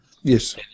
Yes